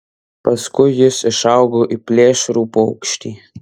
paskui jis išaugo į plėšrų paukštį